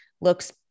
looks